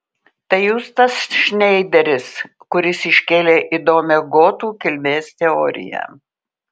tai jūs tas šneideris kuris iškėlė įdomią gotų kilmės teoriją